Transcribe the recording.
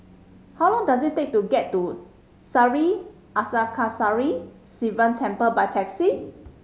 how long does it take to get to Sri Arasakesari Sivan Temple by taxi